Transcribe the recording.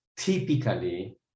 Typically